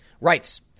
writes